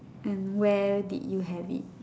and where did you have it